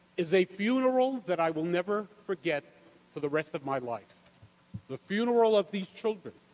is a funeral that i will never forget for the rest of my life the funeral of these children.